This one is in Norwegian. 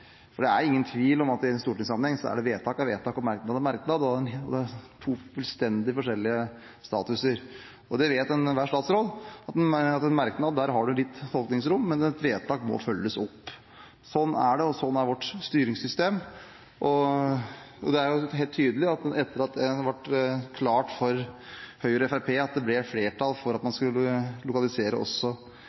komitéinnstilling. Det er ingen tvil om at i stortingssammenheng er et vedtak et vedtak og en merknad en merknad – de har fullstendig forskjellig status. Enhver statsråd vet at i en merknad har en litt tolkningsrom, mens et vedtak må følges opp. Sånn er det, og sånn er vårt styringssystem. Men det er helt tydelig at etter at det ble klart for Høyre og Fremskrittspartiet at det ville bli flertall for at man skulle lokalisere også